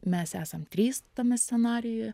mes esam trys tame scenarijuje